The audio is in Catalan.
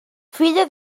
filla